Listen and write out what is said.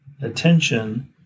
attention